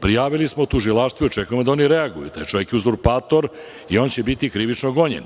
Prijavili smo tužilaštvu, čekamo da oni reaguju. Taj čovek je uzurpator i on će biti krivično gonjen.